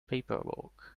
paperwork